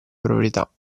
proprietà